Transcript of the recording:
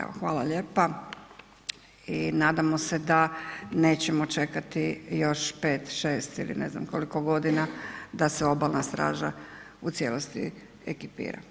Evo, hvala lijepa i nadam se da nećemo čekati još 5, 6 ili ne znam koliko godina da se Obalna straža u cijelosti ekipira.